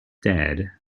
dead